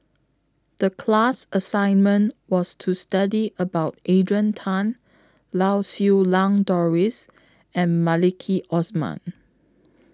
The class assignment was to study about Adrian Tan Lau Siew Lang Doris and Maliki Osman